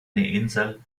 insel